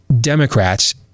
Democrats